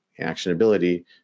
actionability